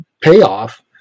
payoff